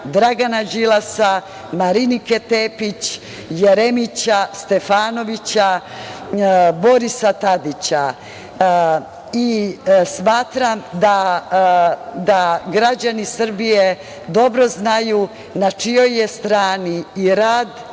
Dragana Đilasa, Marinike Tepić, Jeremića, Stefanovića, Borisa Tadića i smatram da građani Srbije dobro znaju na čijoj je strani i rad